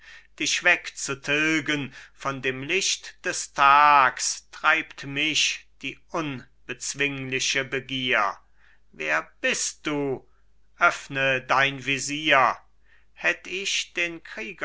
dich weg zu tilgen von dem licht des tags treibt mich die unbezwingliche begier wer bist du öffne dein visier hätt ich den